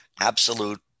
absolute